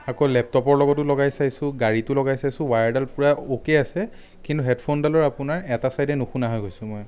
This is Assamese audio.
আকৌ লেপটপৰ লগতো লগাই চাইছো গাড়ীটো লগাই চাইছোঁ ৱায়াৰডাল পুৰা অ' কে আছে কিন্তু হেডফোনডালৰ আপোনাৰ এটা চাইডে নুশুনা হৈ গৈছোঁ মই